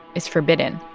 is forbidden.